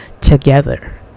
together